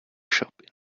shop